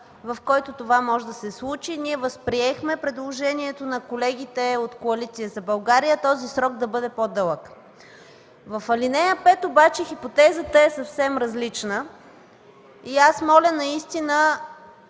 в който това може да се случи. Ние възприехме предложението на колегите от Коалиция за България този срок да бъде по-дълъг. В ал. 5 обаче хипотезата е съвсем различна и аз моля да